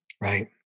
Right